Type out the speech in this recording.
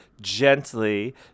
gently